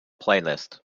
playlist